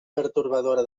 pertorbadora